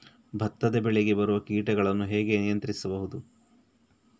ಭತ್ತದ ಬೆಳೆಗೆ ಬರುವ ಕೀಟಗಳನ್ನು ಹೇಗೆ ನಿಯಂತ್ರಿಸಬಹುದು?